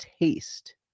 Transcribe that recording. taste